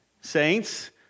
saints